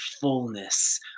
fullness